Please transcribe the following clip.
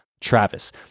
Travis